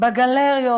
בגלריות,